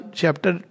chapter